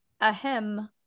ahem